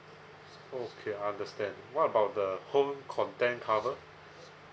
okay I understand what about the home content cover